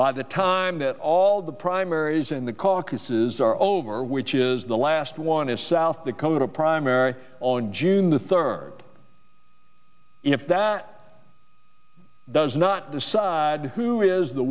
by the time that all the primaries in the caucuses are over which is the last one is south dakota primary on june the third if that does not decide who is the